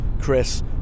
Chris